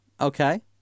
okay